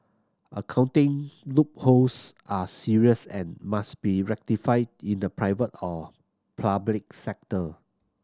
accounting loopholes are serious and must be rectified in the private or public sector